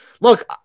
Look